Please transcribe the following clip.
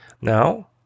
Now